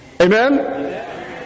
Amen